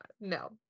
no